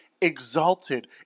exalted